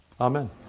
Amen